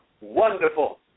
wonderful